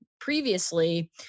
previously